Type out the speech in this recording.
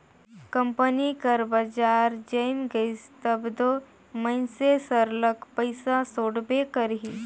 company कर बजार जइम गइस तब दो मइनसे सरलग पइसा सोंटबे करही